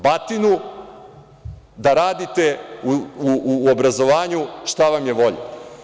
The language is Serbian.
Batinu da radite u obrazovanju šta vam je volja.